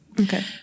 Okay